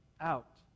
out